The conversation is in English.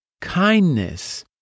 kindness